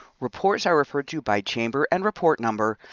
reports are referred to by chamber and report number,